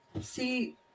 See